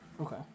Okay